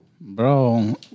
Bro